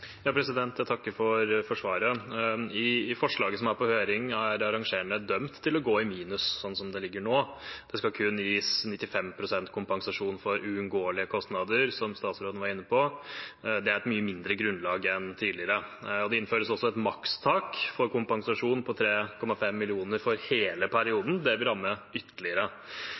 Jeg takker for svaret. I forslaget som er på høring, er arrangørene dømt til å gå i minus, sånn som det ligger an nå. Det skal kun gis 95 pst. kompensasjon for unngåelige kostnader, som statsråden var inne på. Det er et mye mindre grunnlag enn tidligere. Det innføres også et makstak for kompensasjon på 3,5 mill. kr for hele perioden. Det vil ramme ytterligere.